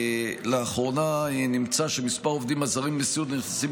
לאחרונה נמצא שמספר העובדים הזרים לסיעוד הנכנסים